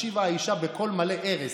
השיבה האישה בקול מלא ארס.